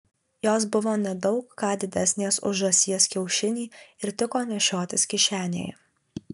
jos buvo ne daug ką didesnės už žąsies kiaušinį ir tiko nešiotis kišenėje